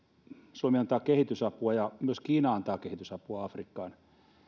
suomi antaa kehitysapua ja myös kiina antaa kehitysapua afrikkaan